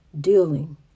dealing